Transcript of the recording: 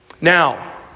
Now